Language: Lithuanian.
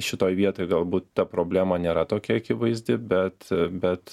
šitoj vietoj galbūt ta problema nėra tokia akivaizdi bet bet